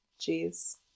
jeez